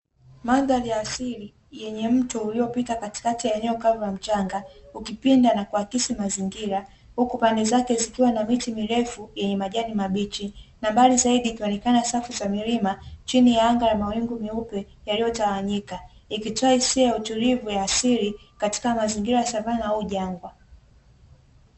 Mandhari asili yenye mto uliopita katikati ya eneo kama mchanga, ukipinda na kuakisi mazingira, huku pande zake, zikiwa na miti mirefu yenye majani mabichi, huku mbele yake ikionekana safu za milima chini ya mawingu meupe yaliyotwanyika ikitoa hisia ya utulivu ya asili katika mazingira ya savana au jagwa.